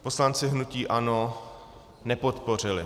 Poslanci hnutí ANO nepodpořili.